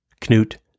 Knut